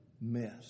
mess